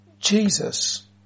Jesus